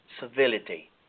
civility